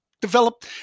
develop